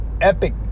Epic